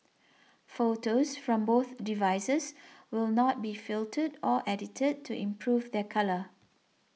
photos from both devices will not be filtered or edited to improve their colour